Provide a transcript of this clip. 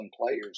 players